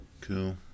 Cool